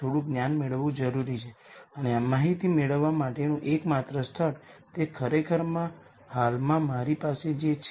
તેથી મેટ્રિક્સનું ટ્રાન્સપોઝ સમાન છે